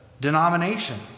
denomination